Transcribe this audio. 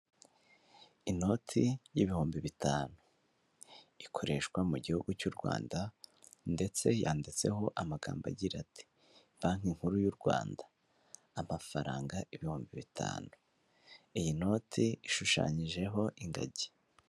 Inoti y'ibihumbi bitanu ikoreshwa mu gihugu cy'u Rwanda ndetse yanditseho amagambo agira ati; banki nkuru y'u Rwanda, amafaranga ibihumbi bitanu. Iyi noti ishushanyijeho ingagi.